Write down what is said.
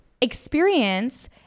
experience